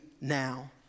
now